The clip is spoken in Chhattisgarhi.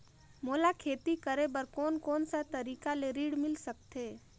मोला खेती करे बर कोन कोन सा तरीका ले ऋण मिल सकथे?